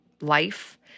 life